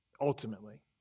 ultimately